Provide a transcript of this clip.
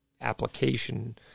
application